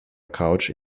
couch